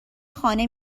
خانه